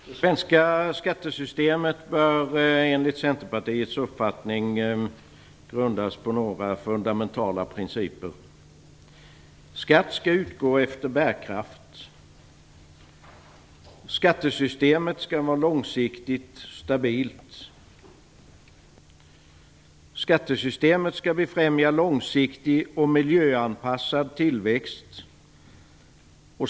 Fru talman! Det svenska skattesystemet bör enligt Centerpartiets uppfattning grundas på några fundamentala principer. Skattesystemet skall var långsiktigt stabilt. Skattesystemet skall befrämja långsiktig och miljöanpassad tillväxt.